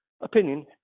opinion